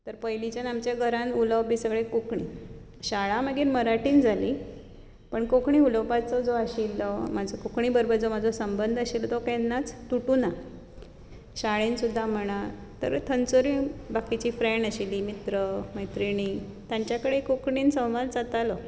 तर पयलींच्यान आमच्या घरांत उलवोप बी सगळें कोंकणीन शाळा मागीर मराठींत जाली पूण कोंकणी उलोवपाचो जो आशिल्लो म्हजो कोंकणी बरोबर म्हजो संबध जो आशिल्लो तो केन्नाच तुटूंक ना शाळेंत सुद्धा म्हणा थंयसर बाकीची फ्रेंड आशिल्ली मित्र मैत्रिणी तांचे कडेन कोंकणीन संवाद जातालो